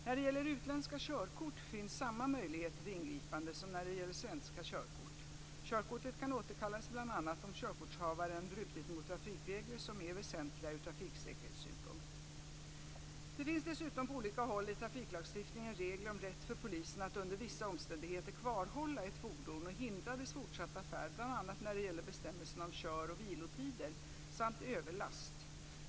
När det gäller utländska körkort finns samma möjligheter till ingripande som när det gäller svenska körkort. Körkortet kan återkallas bl.a. om körkortshavaren brutit mot trafikregler som är väsentliga ur trafiksäkerhetssynpunkt. Det finns dessutom på olika håll i trafiklagstiftningen regler om rätt för polisen att under vissa omständigheter kvarhålla ett fordon och hindra dess fortsatta färd, bl.a. när det gäller bestämmelserna om kör och vilotider samt överlast.